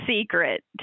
secret